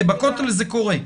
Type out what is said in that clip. כי בכותל זה קורה.